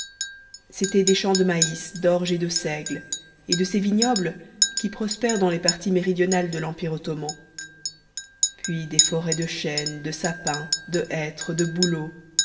c'étaient des champs de maïs d'orge et de seigle et de ces vignobles qui prospèrent dans les parties méridionales de l'empire ottoman puis des forêts de chênes de sapins de hêtres de